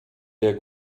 der